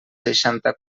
seixanta